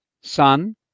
Son